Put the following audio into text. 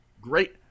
Great